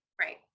Right